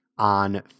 On